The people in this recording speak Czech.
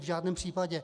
V žádném případě.